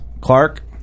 Clark